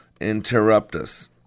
interruptus